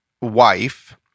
wife